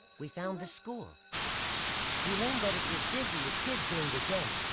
we found the school we learned that it was busy with kids during the day,